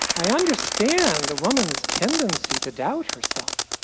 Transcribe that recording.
i understand the woman's tendency to doubt herself.